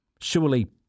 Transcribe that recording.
Surely